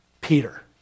Peter